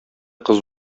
кыз